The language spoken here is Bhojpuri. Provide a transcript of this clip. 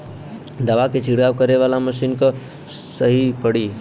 दवा के छिड़काव करे वाला मशीन कवन सही पड़ी?